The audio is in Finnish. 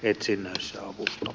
etsinnässä opus o